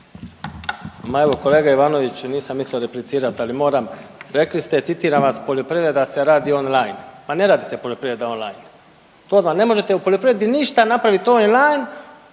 evo kolega Ivanović nisam mislio replicirati, ali moram. Rekli ste, citiram vas poljoprivreda se radi on-line. Ma ne radi se poljoprivreda on-line. Ne možete u poljoprivredi ništa napraviti on-line